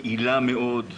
פעילה מאוד,